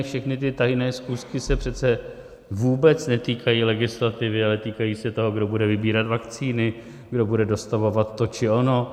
Všechny ty tajné schůzky se přece vůbec netýkají legislativy, ale týkají se toho, kdo bude vybírat vakcíny, kdo bude dostavovat to či ono.